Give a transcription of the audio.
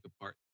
apart